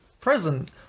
present